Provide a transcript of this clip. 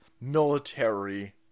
military